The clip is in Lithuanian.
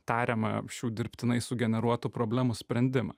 tariamą šių dirbtinai sugeneruotų problemų sprendimą